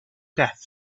death